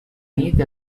nit